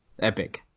Epic